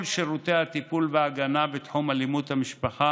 שירותי הטיפול וההגנה בתחום אלימות במשפחה,